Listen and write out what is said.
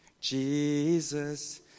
Jesus